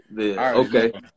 okay